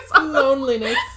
Loneliness